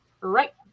Right